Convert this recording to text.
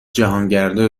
جهانگردا